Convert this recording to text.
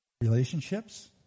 Relationships